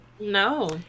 no